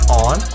on